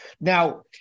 Now